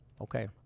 Okay